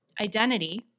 identity